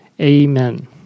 amen